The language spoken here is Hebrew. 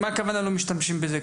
מה כוונתך?